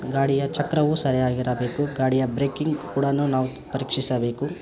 ಗಾಡಿಯ ಚಕ್ರವು ಸರಿಯಾಗಿರಬೇಕು ಗಾಡಿಯ ಬ್ರೇಕಿಂಗ್ ಕೂಡ ನಾವು ಪರೀಕ್ಷಿಸಬೇಕು